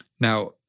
Now